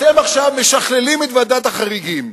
אתם עכשיו משכללים את ועדת החריגים,